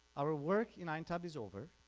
our work in aintab is over